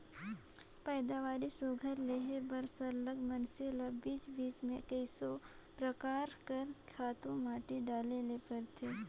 पएदावारी सुग्घर लेहे बर सरलग मइनसे ल बीच बीच में कइयो परकार कर खातू माटी डाले ले परथे